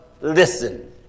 listen